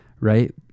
right